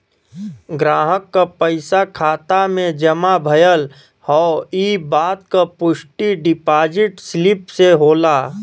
ग्राहक क पइसा खाता में जमा भयल हौ इ बात क पुष्टि डिपाजिट स्लिप से होला